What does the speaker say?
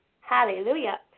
Hallelujah